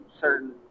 certain